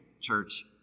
church